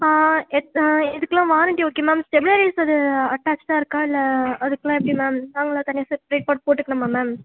எத் இதுக்கெலாம் warranty okay ma'am stabiliser அட்டாச்சிடா இருக்கா இல்லை அதுக்கெலாம் எப்படி மேம் நாங்களாக தனியாக செப்ரேட்டாக போட்டுக்கணுமா மேம்